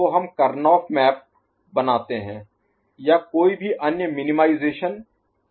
तो हम Karnaugh map बनाते हैं या कोई भी अन्य मिनीमाईजेशन तकनीक जो उपयोगी है